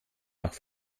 nach